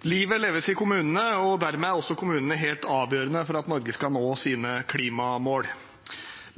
Livet leves i kommunene, og dermed er også kommunene helt avgjørende for at Norge skal nå sine klimamål.